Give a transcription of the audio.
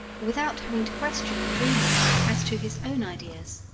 without having to question the dreamer as to his own ideas.